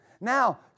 Now